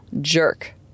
jerk